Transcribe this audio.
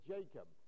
Jacob